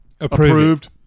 Approved